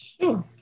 sure